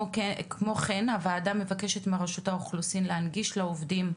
כמו כן הוועדה מבקשת מרשות האוכלוסין להנגיש לעובדים,